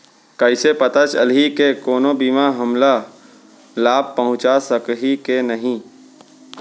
कइसे पता चलही के कोनो बीमा हमला लाभ पहूँचा सकही के नही